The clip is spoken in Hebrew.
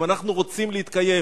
אם אנחנו רוצים להתקיים,